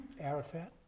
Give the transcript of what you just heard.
Arafat